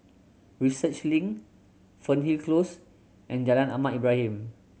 Research Link Fernhill Close and Jalan Ahmad Ibrahim